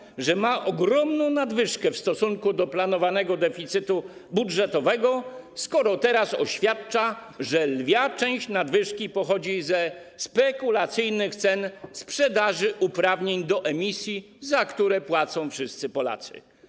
Mówiliście, że jest ogromna nadwyżka w stosunku do planowanego deficytu budżetowego, a teraz oświadczacie, że lwia część nadwyżki pochodzi ze spekulacyjnych cen sprzedaży uprawnień do emisji, za które płacą wszyscy Polacy.